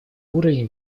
уровень